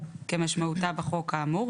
כמשמעותה בחוק כאמור,